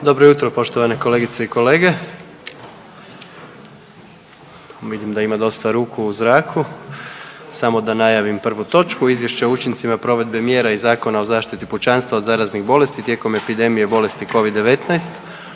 Dobro jutro poštovane kolegice i kolege. Vidim da ima dosta ruku u zraku, samo da najavim prvu točku: - Izvješće o učincima provedbe mjera iz Zakona o zaštiti pučanstva od zaraznih bolesti tijekom epidemije bolesti Covid-19